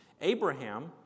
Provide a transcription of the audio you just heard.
Abraham